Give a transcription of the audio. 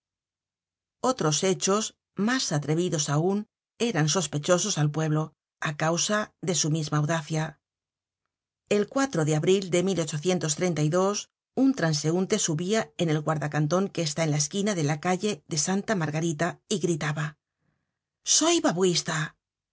otros hechos mas atrevidos aun eran sospechosos al pueblo á causa de su misma audacia el de abril de un transeunte subia en el guarda canton que está en la esquina de la calle de santa margarita y gritaba soy babouista